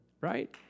right